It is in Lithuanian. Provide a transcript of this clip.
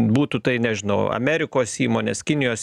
būtų tai nežinau amerikos įmonės kinijos ir